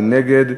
מי נגד?